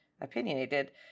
opinionated